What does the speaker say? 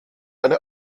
eine